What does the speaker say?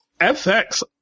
FX